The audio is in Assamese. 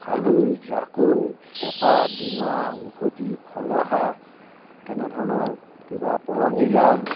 খালৈ জাকৈ চেপা ডিঙৰা উভতি খলহা তেনেধৰণৰ কিবা পৰঙি জাল